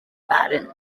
baden